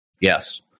Yes